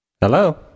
hello